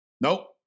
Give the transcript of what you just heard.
nope